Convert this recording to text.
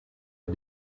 est